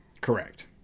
Correct